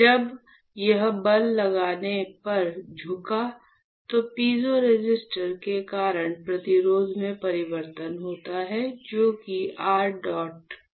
जब यह बल लगाने पर झुकेगा तो पीजो रेसिस्टर के कारण प्रतिरोध में परिवर्तन होता है जो कि r PEDOT PSS है